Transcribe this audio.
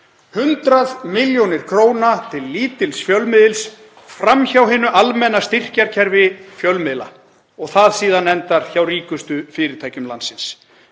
100 millj. kr. til lítils fjölmiðils fram hjá hinu almenna styrkjakerfi fjölmiðla sem síðan enda hjá ríkustu fyrirtækjum landsins.